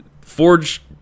Forge